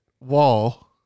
wall